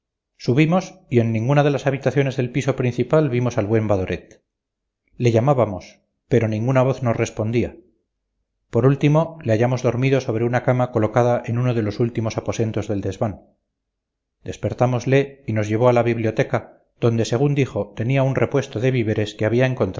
subimos y en ninguna de las habitaciones del piso principal vimos al buen badoret le llamábamos pero ninguna voz nos respondía por último le hallamos dormido sobre una cama colocada en uno de los últimos aposentos del desván despertámosle y nos llevó a la biblioteca donde según dijo tenía un repuesto de víveres que había